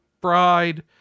Bride